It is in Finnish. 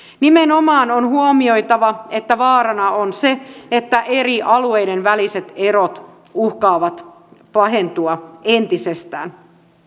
nimenomaan on huomioitava että vaarana on se että eri alueiden väliset erot uhkaavat pahentua entisestään